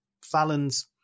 Fallon's